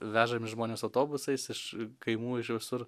vežami žmonės autobusais iš kaimų iš visur